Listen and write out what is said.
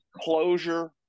closure